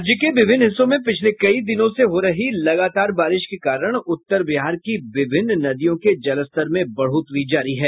राज्य के विभिन्न हिस्सों में पिछले कई दिनों से हो रही लगातार बारिश के कारण उत्तर बिहार की विभिन्न नदियों के जलस्तर में बढ़ोतरी जारी है